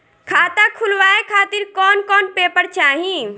खाता खुलवाए खातिर कौन कौन पेपर चाहीं?